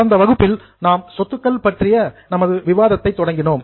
கடந்த வகுப்பில் நாம் சொத்துக்கள் பற்றிய நமது விவாதத்தை தொடங்கினோம்